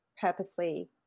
purposely